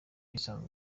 isanzwe